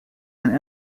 mijn